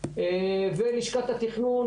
ותמונת